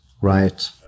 right